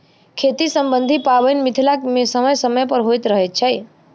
खेती सम्बन्धी पाबैन मिथिला मे समय समय पर होइत रहैत अछि